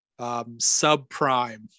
subprime